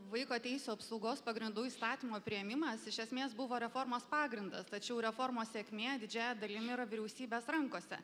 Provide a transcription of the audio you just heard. vaiko teisų apsaugos pagrindų įstatymo priėmimas iš esmės buvo reformos pagrindas tačiau reformos sėkmė didžiąja dalim yra vyriausybės rankose